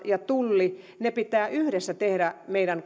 ja tullin pitää yhdessä tehdä meidän